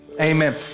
amen